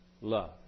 Love